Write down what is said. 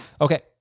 Okay